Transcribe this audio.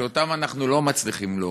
שאותם אנחנו לא מצליחים להוריד,